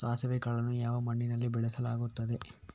ಸಾಸಿವೆ ಕಾಳನ್ನು ಯಾವ ಮಣ್ಣಿನಲ್ಲಿ ಬೆಳೆಸಲಾಗುತ್ತದೆ?